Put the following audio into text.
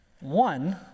One